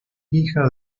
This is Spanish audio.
hija